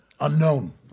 Unknown